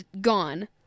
gone